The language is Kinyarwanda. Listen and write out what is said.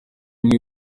umwe